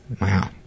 Wow